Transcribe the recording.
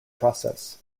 process